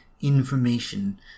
information